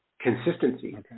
consistency